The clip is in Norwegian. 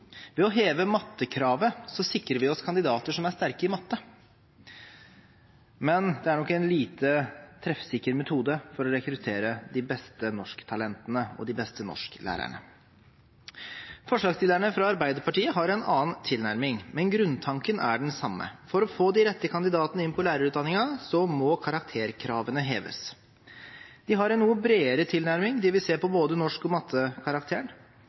Ved å heve mattekravet sikrer vi oss kandidater som er sterke i matte. Men det er nok en lite treffsikker metode for å rekruttere de beste norsktalentene og de beste norsklærerne. Forslagsstillerne fra Arbeiderpartiet har en annen tilnærming, men grunntanken er den samme. For å få de rette kandidatene inn på lærerutdanningen må karakterkravene heves. De har en noe bredere tilnærming. De vil se på både norsk- og